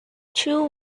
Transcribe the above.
two